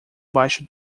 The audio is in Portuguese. baixo